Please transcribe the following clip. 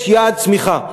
יש יעד צמיחה,